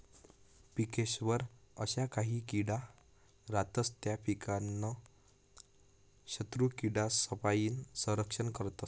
पिकेस्वर अशा काही किडा रातस त्या पीकनं शत्रुकीडासपाईन संरक्षण करतस